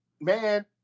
man